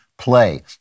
play